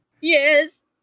Yes